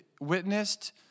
witnessed